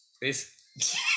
Please